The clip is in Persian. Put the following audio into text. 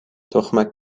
تخمک